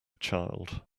child